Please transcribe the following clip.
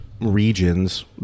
regions